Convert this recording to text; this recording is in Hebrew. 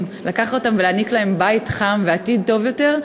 לקחת אותם ולהעניק להם בית חם ועתיד טוב יותר,